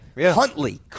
Huntley